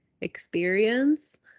experience